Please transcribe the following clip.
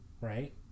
right